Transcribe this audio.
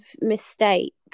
mistakes